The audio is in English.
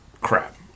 crap